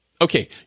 Okay